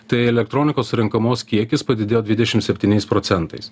tai elektronikos surenkamos kiekis padidėjo dvidešim septyniais procentais